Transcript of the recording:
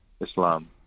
Islam